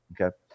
Okay